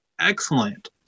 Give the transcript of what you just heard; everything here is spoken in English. excellent